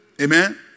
Amen